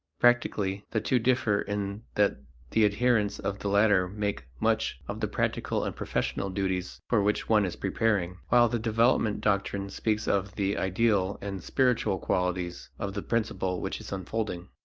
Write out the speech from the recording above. practically the two differ in that the adherents of the latter make much of the practical and professional duties for which one is preparing, while the developmental doctrine speaks of the ideal and spiritual qualities of the principle which is unfolding.